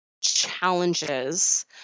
challenges